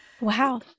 Wow